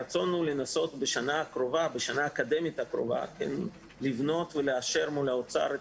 הרצון הוא לנסות בשנה האקדמית הקרובה לבנות ולאשר מול האוצר את